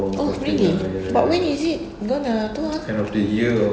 oh really but when is it going to ah